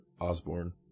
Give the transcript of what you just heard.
Osborne